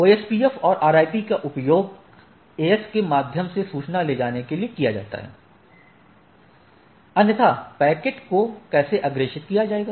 OSPF और RIP का उपयोग AS के माध्यम से सूचना ले जाने के लिए किया जाता है अन्यथा पैकेट को कैसे अग्रेषित किया जाएगा